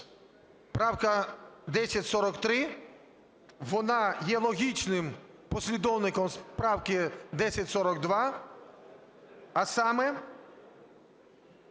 Правка 1043, вона є логічним послідовником правки 1042, а саме